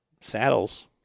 saddles